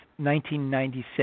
1996